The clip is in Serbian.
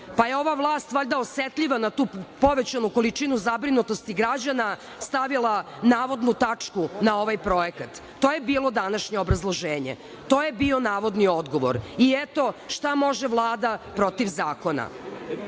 pa je ova vlast, valjda, osetljiva na tu povećanu količinu zabrinutosti građana stavila navodnu tačku na ovaj projekat. To je bilo današnje obrazlože, to je bio navodni odgovor i, eto, šta može Vlada protiv zakona. Kao